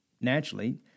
naturally